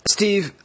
Steve